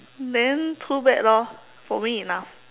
then too bad lor for me enough